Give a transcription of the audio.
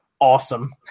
awesome